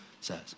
says